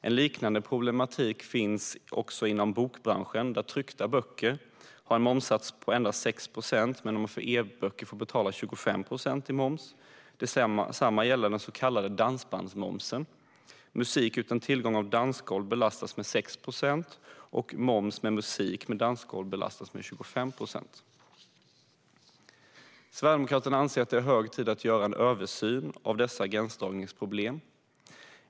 En liknande problematik finns inom bokbranschen, där tryckta böcker har en momssats på endast 6 procent medan man för e-böcker får betala 25 procent i moms. Detsamma gäller den så kallade dansbandsmomsen: Musik utan tillgång till dansgolv belastas med 6 procent i moms medan musik med tillgång till dansgolv belastas med 25 procent i moms. Sverigedemokraterna anser att det är hög tid att göra en översyn av dessa gränsdragningsproblem.